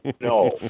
No